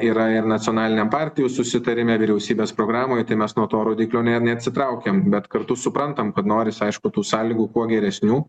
yra ir nacionaliniam partijų susitarime vyriausybės programoje tai mes nuo to rodiklio ne neatsitraukiam bet kartu suprantam kad norisi aišku tų sąlygų kuo geresnių